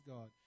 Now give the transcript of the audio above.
God